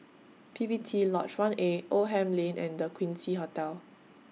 P P T Lodge one A Oldham Lane and The Quincy Hotel